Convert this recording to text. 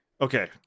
okay